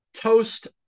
toast